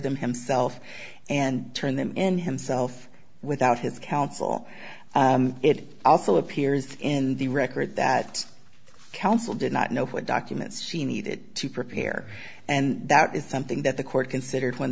them himself and turn them in himself without his counsel it also appears in the record that counsel did not know what documents she needed to prepare and that is something that the court considered when